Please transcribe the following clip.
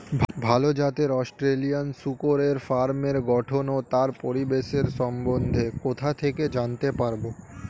ভাল জাতের অস্ট্রেলিয়ান শূকরের ফার্মের গঠন ও তার পরিবেশের সম্বন্ধে কোথা থেকে জানতে পারবো?